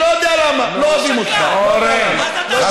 לא יודע למה, כי לא אוהבים אותך, לא יודע למה.